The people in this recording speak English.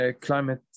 climate